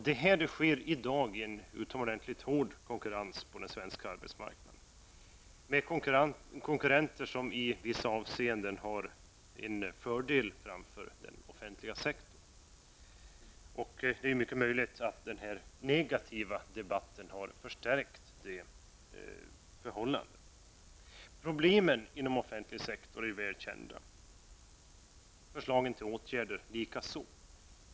Detta sker i dag i en utomordentlig hård konkurrens på den svenska arbetsmarknaden, med konkurrenter som i vissa avseenden har en fördel framför den offentliga sektorn. Det är mycket möjligt att den här negativa debatten har förstärkt det förhållandet. Problemen inom den offentliga sektorn är väl kända, förslagen till åtgärder likaså.